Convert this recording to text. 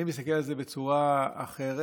אני מסתכל על זה בצורה אחרת,